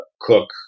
cook